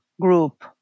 group